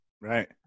right